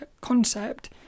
concept